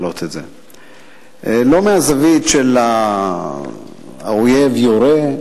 לא מהזווית של האויב היורה.